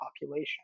population